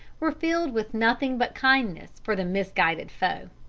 were filled with nothing but kindness for the misguided foe.